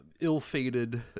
ill-fated